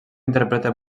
interpreta